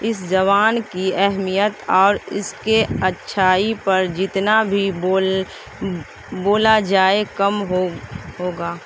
اس زبان کی اہمیت اور اس کے اچھائی پر جتنا بھی بول بولا جائے کم ہو ہوگا